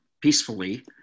peacefully